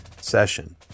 session